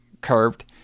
curved